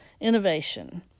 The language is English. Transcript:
Innovation